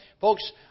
folks